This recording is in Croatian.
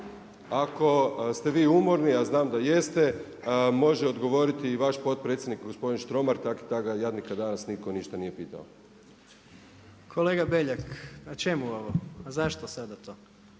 Ako ste vi umorni, a znam da jeste može odgovoriti i vaš potpredsjednik gospodin Štromar tak i tak ga jadnika danas nitko ništa nije pitao. **Jandroković, Gordan